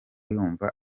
yumva